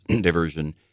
diversion